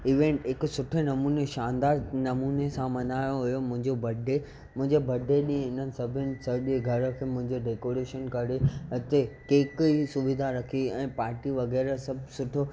event हिकु सुठे नमूने शानदार नमूने सां मल्हायो वियो मुंहिंजो बडे मुंहिंजे बडे ॾींहुं इन्हनि सभिनि सॼे घर खे मुंहिंजे घर खे डेकॉरेशन करे हिते केक जी सुविधा रखी ऐं पार्टी वग़ैरहा सभु सुठो